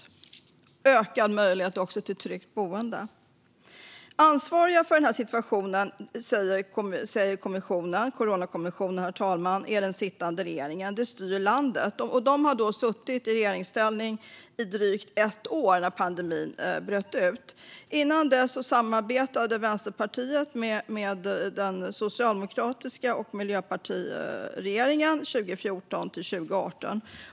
Det ska också finnas en större möjlighet till ett tryggt boende. Coronakommissionen säger att de som är ansvariga för situationen är den sittande regeringen, herr talman. Regeringen styr landet. Den hade suttit vid makten i drygt ett år när pandemin bröt ut. Innan dess samarbetade Vänsterpartiet med den socialdemokratiska och miljöpartistiska regeringen 2014-2018.